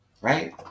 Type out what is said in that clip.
Right